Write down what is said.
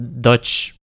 Dutch